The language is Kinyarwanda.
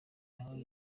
nawe